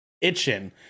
itching